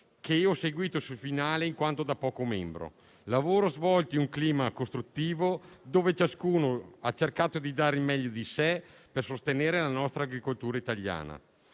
che ho seguito solo sul finale in quanto da poco membro. Un lavoro svolto in un clima costruttivo, dove ciascuno ha cercato di dare il meglio di sé per sostenere la nostra agricoltura. Tornando